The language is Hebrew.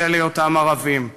בשל היותם ערבים.